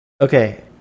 Okay